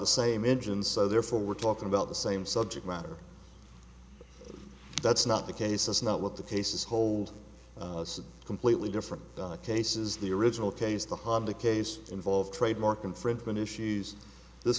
the same engine so therefore we're talking about the same subject matter that's not the case is not what the case is hold completely different cases the original case the hobby case involved trademark infringement issues this